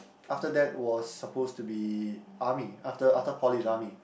after that was supposed to be army after after poly is army